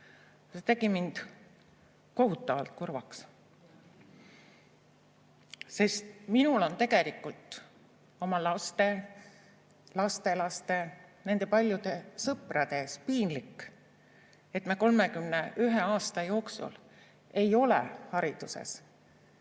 See tegi mind kohutavalt kurvaks, sest minul on tegelikult oma laste, lastelaste ja nende paljude sõprade ees piinlik, et me 31 aasta jooksul ei ole hariduses